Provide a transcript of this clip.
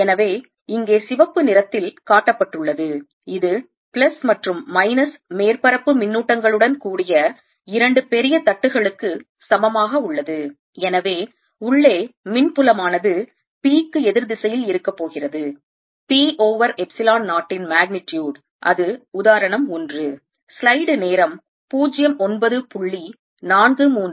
எனவே இங்கே சிவப்பு நிறத்தில் காட்டப்பட்டுள்ளது இது பிளஸ் மற்றும் மைனஸ் மேற்பரப்பு மின்னூட்டங்களுடன்கூடிய இரண்டு பெரிய தட்டுகளுக்கு சமமாக உள்ளது எனவே உள்ளே மின் புலமானது p க்கு எதிர் திசையில் இருக்க போகிறது p ஓவர் எப்சிலான் 0 இன் magnitude அது உதாரணம் ஒன்று